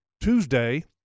Tuesday